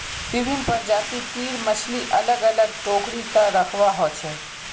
विभिन्न प्रजाति तीर मछली अलग अलग टोकरी त रखवा हो छे